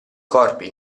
corpi